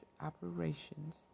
operations